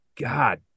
God